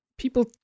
People